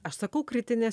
aš sakau kritinės